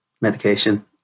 medication